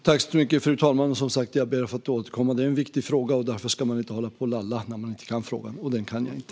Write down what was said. Fru talman! Jag ber som sagt att få återkomma. Det är en viktig fråga. Därför ska man inte hålla på och lalla när man inte kan frågan, och detta kan jag inte.